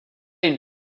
une